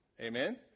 Amen